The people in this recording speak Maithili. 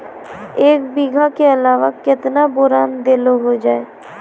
एक बीघा के अलावा केतना बोरान देलो हो जाए?